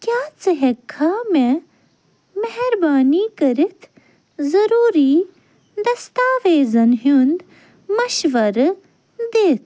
کیٛاہ ژٕ ہیٚکہِ کھا مےٚ مہربٲنۍ کٔرِتھ ضروٗری دستاویزَن ہُنٛد مَشوَر دِتھ